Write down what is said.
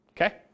Okay